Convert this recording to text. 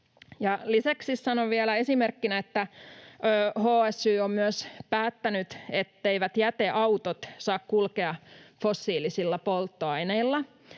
Lisäksi sanon vielä esimerkkinä, että HSY on myös päättänyt, etteivät jäteautot saa kulkea fossiilisilla polttoaineilla